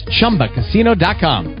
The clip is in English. ChumbaCasino.com